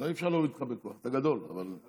אותך אי-אפשר להוריד בכוח, אתה גדול, אבל שמע.